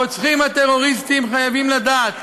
הרוצחים הטרוריסטים חייבים לדעת